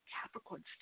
Capricorn